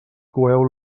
coeu